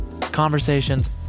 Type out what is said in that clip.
Conversations